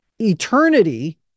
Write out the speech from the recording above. eternity